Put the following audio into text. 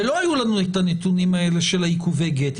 ולא היו לנו את הנתונים האלה של עיכובי הגט.